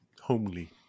Homely